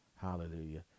Hallelujah